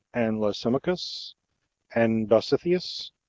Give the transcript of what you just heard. and lysimachus, and dositheus,